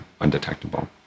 undetectable